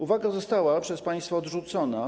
Uwaga została przez państwa odrzucona.